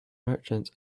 merchants